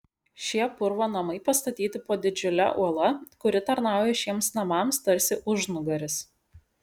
šie purvo namai pastatyti po didžiule uola kuri tarnauja šiems namams tarsi užnugaris